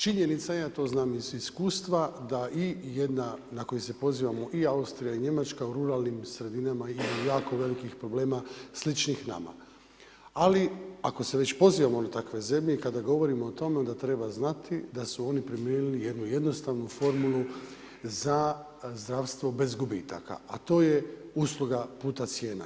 Činjenica je, a to znamo iz iskustva, da i jedna na koju se pozivamo, i Austrija i Njemačka u ruralnim sredinama imaju jako velikih problema sličnih nama ali ako se već pozivamo na takve zemlje, kada govorimo o tome da treba znati da su oni primijenili jednu jednostavnu formulu za zdravstvo bez gubitaka a to je usluga puta cijena.